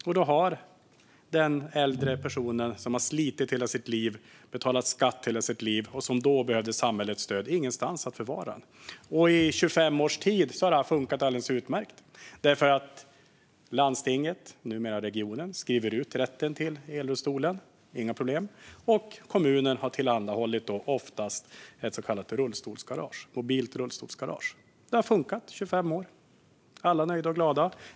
Och då har den äldre personen, som har slitit och betalat skatt i hela sitt liv och som då behöver samhällets stöd, ingenstans att förvara den. I 25 års tid har det här funkat alldeles utmärkt: Landstinget, numera regionen, skriver ut rätten till elrullstolen - inga problem - och kommunen har då oftast tillhandahållit ett så kallat mobilt rullstolsgarage. Det har funkat i 25 år, och alla har varit nöjda och glada.